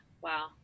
Wow